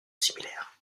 similaires